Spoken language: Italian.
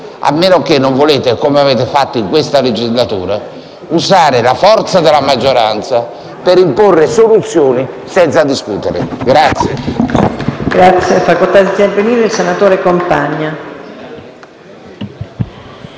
a meno che non vogliate, come avete fatto in tutta questa legislatura, usare la forza della maggioranza per imporre soluzioni senza discutere.